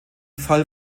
fall